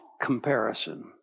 comparison